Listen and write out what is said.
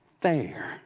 fair